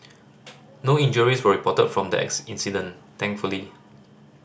no injuries were reported from the incident thankfully